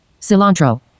Cilantro